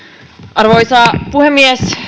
arvoisa puhemies